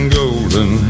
golden